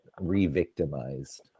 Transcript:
re-victimized